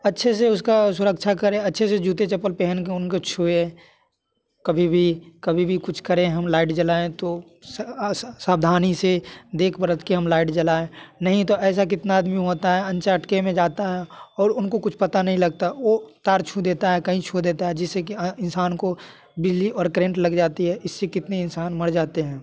अच्छे से उसकी सुरक्षा करें अच्छे से जूते चप्पल पहन के उनको छुए कभी भी कभी भी कुछ करें हम लाइट जलाएँ तो सावधानी से देख परत के हम लाइट जलाएँ नहीं तो ऐसा कितना आदमी होता है के में जाता है और उनको कुछ पता नहीं लगता वो तार छू देता है कहीं छू देता है जिसे की इंसान को बिजली और करंट लग जाती है इससे कितने इंसान मर जाते हैं